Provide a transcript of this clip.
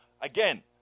Again